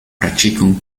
praticam